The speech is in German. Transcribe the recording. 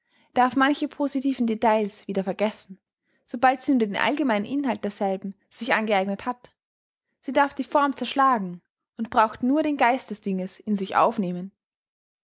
darf manche positiven details wieder vergessen sobald sie nur den allgemeinen inhalt derselben sich angeeignet hat sie darf die form zerschlagen und braucht nur den geist des dinges in sich aufzunehmen